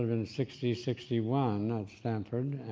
in sixty, sixty one at stanford,